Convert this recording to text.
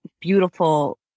beautiful